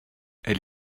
elle